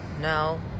No